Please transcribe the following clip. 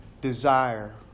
desire